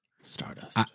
Stardust